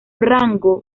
rango